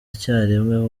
icyarimwe